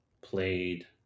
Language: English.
played